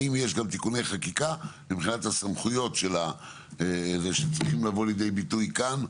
האם יש גם תיקוני חקיקה מבחינת הסמכויות שצריכים לבוא לידי ביטוי כאן?